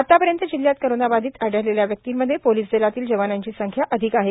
आतापर्यंत जिल्ह्यात कोरोनाबाधित आढळलेल्या व्यक्तींमध्ये पोलिस दलातील जवानांची संख्या अधिक आहे